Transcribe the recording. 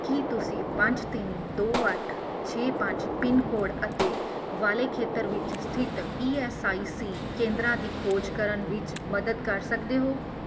ਕੀ ਤੁਸੀਂ ਪੰਜ ਤਿੰਨ ਦੋ ਅੱਠ ਛੇ ਪੰਜ ਪਿੰਨਕੋਡ ਅਤੇ ਵਾਲੇ ਖੇਤਰ ਵਿੱਚ ਸਥਿਤ ਈ ਐੱਸ ਆਈ ਸੀ ਕੇਂਦਰਾਂ ਦੀ ਖੋਜ ਕਰਨ ਵਿੱਚ ਮਦਦ ਕਰ ਸਕਦੇ ਹੋ